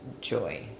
Joy